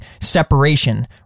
separation